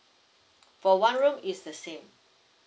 for one room is the same